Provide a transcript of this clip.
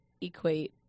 equate